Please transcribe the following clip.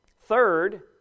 Third